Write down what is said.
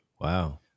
Wow